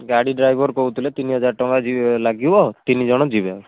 ଗାଡ଼ି ଡ୍ରାଇଭର କହୁଥିଲେ ତିନି ହଜାର ଟଙ୍କା ଲାଗିବ ତିନି ଜଣ ଯିବେ